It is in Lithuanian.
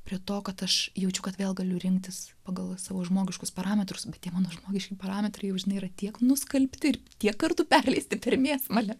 prie to kad aš jaučiu kad vėl galiu rinktis pagal savo žmogiškus parametrus bet tie mano žmogiški parametrai jau žinai yra tiek nuskalbti ir tiek kartų perleisti per mėsmalę